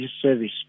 service